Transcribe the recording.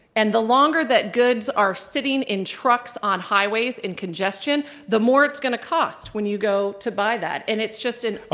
and the longer that goods are sitting in trucks on highways, in congestion, the more it's going to cost when you go to buy that. and it's just an